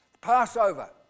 Passover